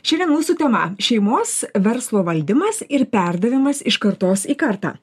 šiandien mūsų tema šeimos verslo valdymas ir perdavimas iš kartos į kartą